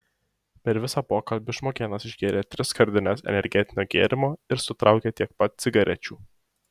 per visą pokalbį žmogėnas išgėrė tris skardines energetinio gėrimo ir sutraukė tiek pat cigarečių